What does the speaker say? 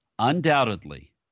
undoubtedly